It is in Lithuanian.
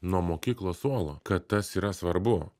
nuo mokyklos suolo kad tas yra svarbu